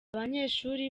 abanyeshuri